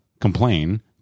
complain